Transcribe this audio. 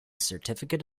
certificate